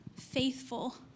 faithful